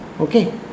Okay